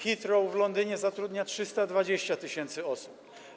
Heathrow w Londynie zatrudnia 320 tys. osób.